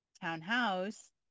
townhouse